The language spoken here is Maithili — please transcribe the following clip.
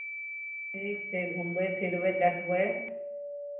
ठीक छै घूमबै फिरबै देखबै